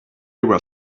were